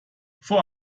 vor